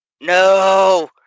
No